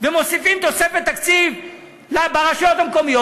ומוסיפים תוספת תקציב ברשויות המקומיות,